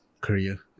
career